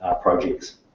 projects